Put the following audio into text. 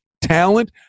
talent